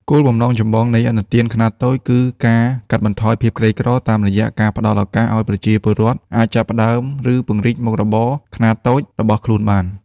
គោលបំណងចម្បងនៃឥណទានខ្នាតតូចគឺការកាត់បន្ថយភាពក្រីក្រ តាមរយៈការផ្ដល់ឱកាសឱ្យប្រជាពលរដ្ឋអាចចាប់ផ្ដើម ឬពង្រីកមុខរបរខ្នាតតូចរបស់ខ្លួនបាន។